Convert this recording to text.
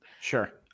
Sure